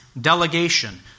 delegation